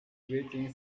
grating